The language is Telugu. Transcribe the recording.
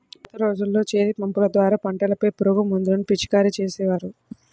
పాత రోజుల్లో చేతిపంపుల ద్వారా పంటలపై పురుగుమందులను పిచికారీ చేసేవారు